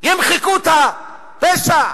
ימחקו את הפשע?